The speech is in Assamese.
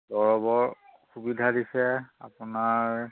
দৰৱৰ সুবিধা দিছে আপোনাৰ